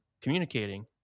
communicating